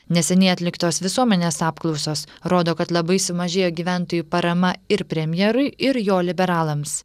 neseniai atliktos visuomenės apklausos rodo kad labai sumažėjo gyventojų parama ir premjerui ir jo liberalams